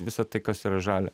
visa tai kas yra žalia